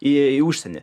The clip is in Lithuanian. į į užsienį